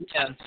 Yes